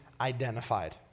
identified